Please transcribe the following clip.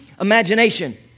imagination